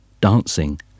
dancing